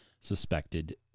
suspected